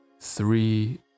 three